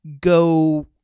go